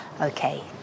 Okay